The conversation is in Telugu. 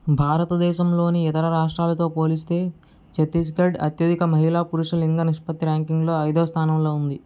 భారతదేశంలోని ఇతర రాష్ట్రాలతో పోలిస్తే ఛత్తీస్గఢ్ అత్యధిక మహిళా పురుష లింగ నిష్పత్తి ర్యాంకింగ్లో ఐదవ స్థానంలో ఉంది